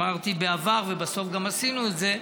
אמרתי בעבר ובסוף גם עשינו את זה,